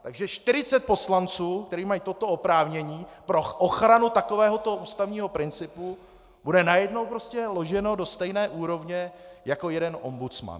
Takže 40 poslanců, kteří mají toto oprávnění pro ochranu takovéhoto ústavního principu, bude najednou prostě loženo do stejné úrovně jako jeden ombudsman.